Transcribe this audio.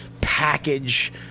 package